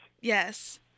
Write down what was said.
Yes